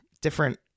different